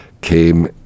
came